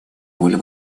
роль